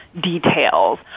details